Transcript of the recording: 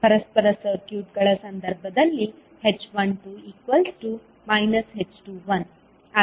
ಪರಸ್ಪರ ಸರ್ಕ್ಯೂಟ್ಗಳ ಸಂದರ್ಭದಲ್ಲಿ h12 h21